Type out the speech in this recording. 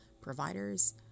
providers